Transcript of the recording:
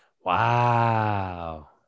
Wow